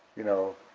you know,